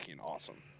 awesome